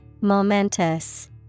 Momentous